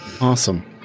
Awesome